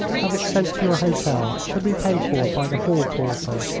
have it sent to your hotel to be paid for by the hall porter.